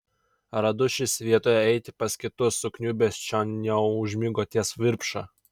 radušis vietoje eiti pas kitus sukniubęs čion jau užmigo ties virpša